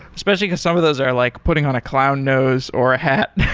especially because some of those are like putting on a clown nose or a hat.